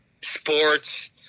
sports